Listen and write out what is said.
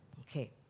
Okay